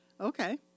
Okay